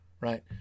right